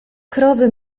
krowy